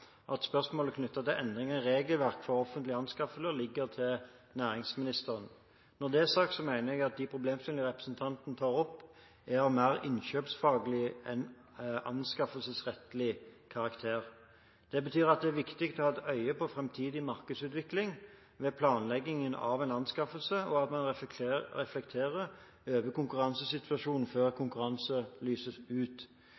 at spørsmål knyttet til endringer i regelverket for offentlige anskaffelser, ligger til næringsministeren. Når det er sagt, mener jeg at de problemstillingene representanten tar opp, er av mer innkjøpsfaglig enn anskaffelsesrettslig karakter. Det betyr at det er viktig å ha et øye på framtidig markedsutvikling ved planlegging av en anskaffelse, og at man reflekterer over konkurransesituasjonen før